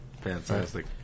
Fantastic